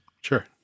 Sure